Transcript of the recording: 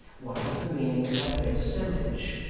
what was the meaning of that great assemblage.